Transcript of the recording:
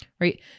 right